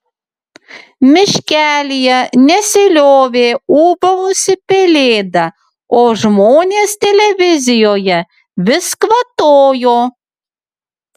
miškelyje nesiliovė ūbavusi pelėda o žmonės televizijoje vis kvatojo